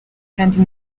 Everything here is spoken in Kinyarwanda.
kandi